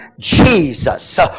Jesus